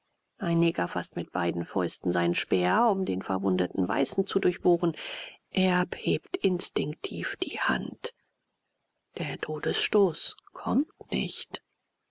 ein neger faßt mit beiden fäusten seinen speer um den verwundeten weißen zu durchbohren erb hebt instinktiv die hand der todesstoß kommt nicht